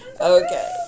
Okay